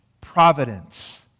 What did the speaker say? providence